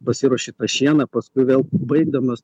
pasiruoši šieną paskui vėl baigdamas